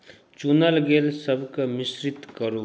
चुनल गेल सबकेँ मिश्रित करू